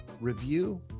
review